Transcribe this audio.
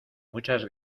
muchas